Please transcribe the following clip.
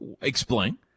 Explain